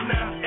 Now